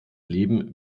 leben